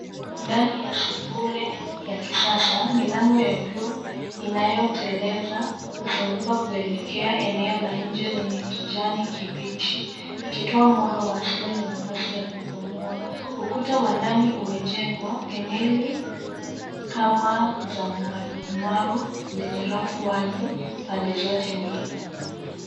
Ndani ya sebule ya kisasa. Milango ya vyuo inayoteleza kufunguka kuelekea eneo la nje lenye kijani kibichi ikitoa mwanga wa asili na nafasi ya kupumua. Ukuta wa ndani umejengwa peneli kama za marumaru zenye rafu wazi pande zote mbili.